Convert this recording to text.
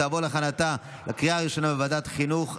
לוועדת החינוך,